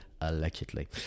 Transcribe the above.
allegedly